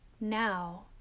Now